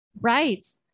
Right